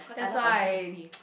that's why